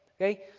Okay